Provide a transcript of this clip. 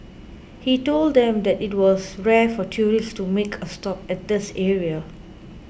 he told them that it was rare for tourists to make a stop at this area